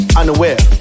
unaware